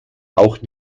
auch